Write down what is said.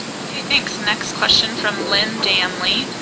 okay, thanks. next question from lynn danley,